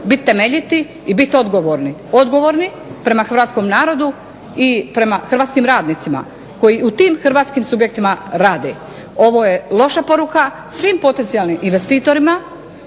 biti temeljiti i biti odgovorni. Odgovorni prema hrvatskom narodu i prema hrvatskim radnicima koji u tim hrvatskim subjektima rade. Ovo je loša poruka svim potencijalnim investitorima